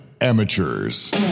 amateurs